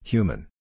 Human